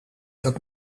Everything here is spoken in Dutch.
dat